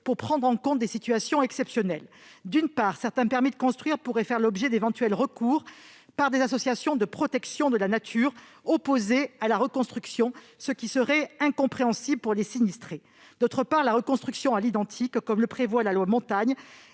pour prendre en compte certaines situations exceptionnelles. D'une part, des permis de construire pourraient faire l'objet d'éventuels recours par des associations de protection de la nature opposées à la reconstruction, ce qui serait incompréhensible pour les sinistrés. D'autre part, la reconstruction à l'identique, comme le prévoit la loi Montagne,